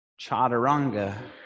chaturanga